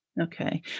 Okay